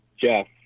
Jeff